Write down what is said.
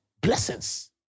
blessings